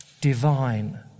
divine